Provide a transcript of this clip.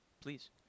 please